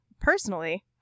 personally